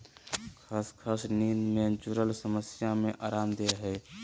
खसखस नींद से जुरल समस्या में अराम देय हइ